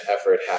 effort